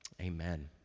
Amen